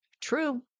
True